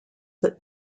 that